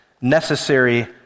necessary